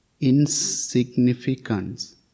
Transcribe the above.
insignificance